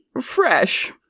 fresh